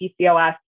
PCOS